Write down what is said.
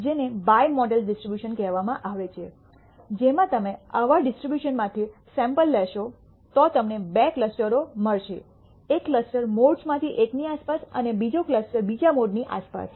જેને bimodal distribution કહેવામાં આવે છે જેમાં તમે આવા ડિસ્ટ્રીબ્યુશનમાંથી સૈમ્પલ લેશો તો તમને બે ક્લસ્ટરો મળશે એક ક્લસ્ટર્સ મોડ્સમાંથી એકની આસપાસ અને બીજો ક્લસ્ટર બીજા મોડની આસપાસ